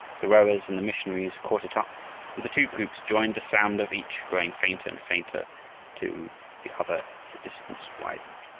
the rowers and the missionaries caught it up and the two groups joined, the sound of each growing fainter and fainter to the other as the distance widened.